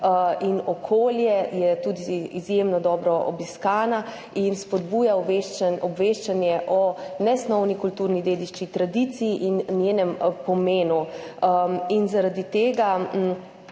in okolje, je tudi izjemno dobro obiskana in spodbuja obveščanje o nesnovni kulturni dediščini, tradiciji in njenem pomenu. Zaradi tega